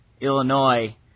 Illinois